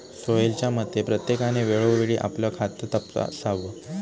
सोहेलच्या मते, प्रत्येकाने वेळोवेळी आपलं खातं तपासावं